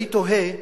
אני תוהה: